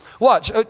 Watch